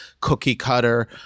cookie-cutter